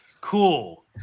cool